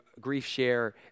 griefshare